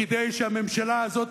כדי שהממשלה הזאת,